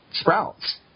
Sprouts